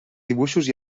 dibuixos